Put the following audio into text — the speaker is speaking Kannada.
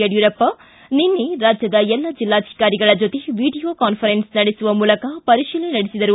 ಯಡಿಯೂರಪ್ಪ ನಿನ್ನೆ ರಾಜ್ಯದ ಎಲ್ಲ ಜಿಲ್ಲಾಧಿಕಾರಿಗಳ ಜೊತೆ ವಿಡಿಯೋ ಕಾನ್ವರೆನ್ಸ್ ನಡೆಸುವ ಮೂಲಕ ಪರಿಶೀಲನೆ ನಡೆಸಿದರು